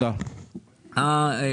תודה רבה.